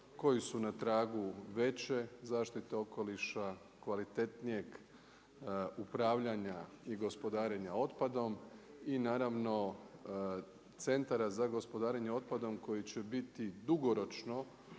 koji su na tragu veće zaštite okoliša, kvalitetnijeg upravljanja i gospodarenja otpadom i naravno centara za gospodarenje otpadom koji će biti dugoročno